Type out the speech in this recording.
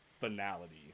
finality